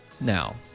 now